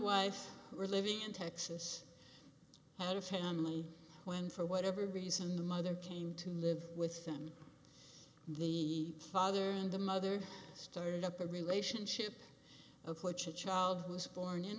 wife were living in texas had a family when for whatever reason the mother came to live with them and the father and the mother started up a relationship of which a child who's born in